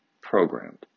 programmed